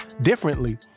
differently